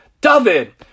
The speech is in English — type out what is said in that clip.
David